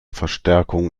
verstärkung